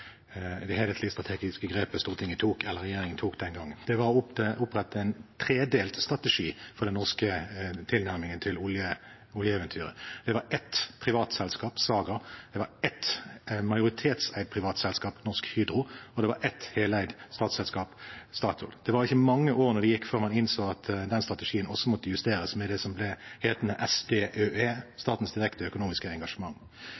opprette en tredelt strategi for den norske tilnærmingen til oljeeventyret. Det var ett privat selskap: Saga. Det var ett majoritetseid privat selskap: Norsk Hydro. Og det var ett heleid statsselskap: Statoil. Det var ikke mange årene som gikk før man innså at den strategien også måtte justeres med det som ble hetende SDØE – Statens direkte økonomiske engasjement.